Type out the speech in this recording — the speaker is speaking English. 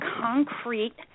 concrete